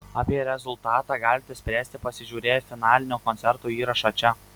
apie rezultatą galite spręsti pasižiūrėję finalinio koncerto įrašą čia